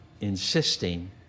insisting